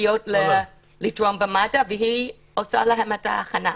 מגיעות לתרום במד"א והיא עושה להן את ההכנה.